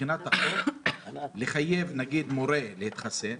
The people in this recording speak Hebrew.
מבחינת החוק לחייב מורה להתחסן,